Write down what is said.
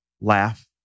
laugh